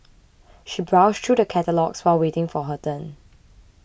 she browsed through the catalogues while waiting for her turn